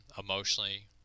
emotionally